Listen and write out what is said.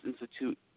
Institute